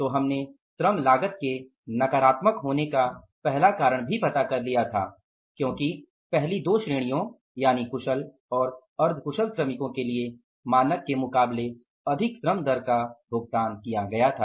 तो हमने श्रम लागत के नकारात्मक होने का पहला कारण भी पता कर लिया था क्योंकि पहली दो श्रेणियों यानि कुशल और अर्ध कुशल श्रमिकों के लिए मानक के मुकाबले अधिक श्रम दर का भुगतान किया गया था